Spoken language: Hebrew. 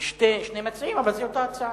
זה שני מציעים אבל זו אותה הצעה.